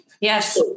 Yes